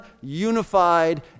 unified